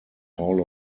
hall